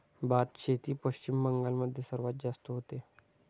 भातशेती पश्चिम बंगाल मध्ये सर्वात जास्त होते